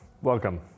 Welcome